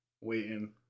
waiting